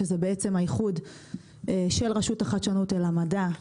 שזה בעצם האיחוד של רשות החדשנות אל המדע,